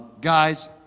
Guys